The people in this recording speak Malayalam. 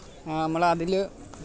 നമ്മൾ അതിൽ